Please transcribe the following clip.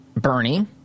Bernie